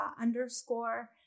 underscore